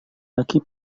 laki